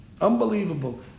Unbelievable